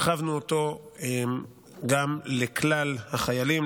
הרחבנו אותו גם לכלל החיילים,